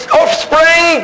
offspring